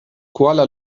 kuala